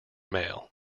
mail